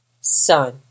Son